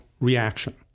reaction